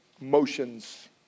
Motions